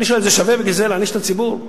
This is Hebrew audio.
אני שואל: שווה בגלל זה להעניש את הציבור?